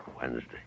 Wednesday